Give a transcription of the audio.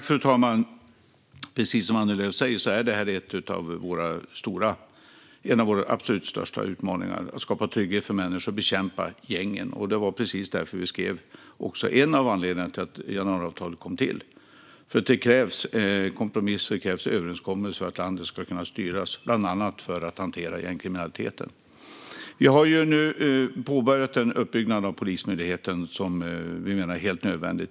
Fru talman! Precis som Annie Lööf säger är det här en av våra absolut största utmaningar. Det handlar om att skapa trygghet för människor och bekämpa gängen. Det var en av anledningarna till att januariavtalet kom till. Det krävs kompromisser och överenskommelser så att landet kan styras, bland annat för att hantera gängkriminaliteten. Vi har nu påbörjat en uppbyggnad av Polismyndigheten som vi menar är helt nödvändig.